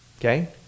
Okay